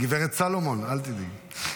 גב' סלומון, אל תדאגי.